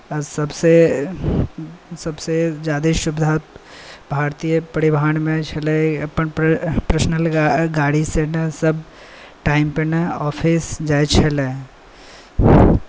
सभसँ ज्यादा सुविधा भारतीय परिवहनमे छलै अपन पर्सनल गाड़ीसँ ने सभ टाइमपर ने ऑफिस जाइत छलै